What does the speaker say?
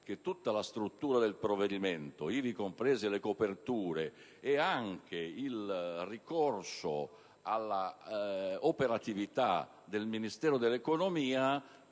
che tutta la struttura del provvedimento, ivi comprese le coperture, e anche il ricorso all'operatività del Ministero dell'economia